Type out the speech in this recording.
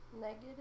negative